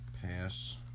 Pass